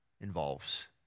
involves